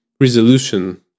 resolution